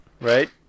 right